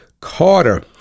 carter